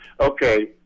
Okay